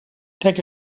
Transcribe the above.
take